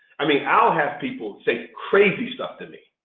i mean i'll have people say crazy stuff to me.